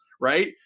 right